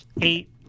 eight